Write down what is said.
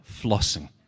flossing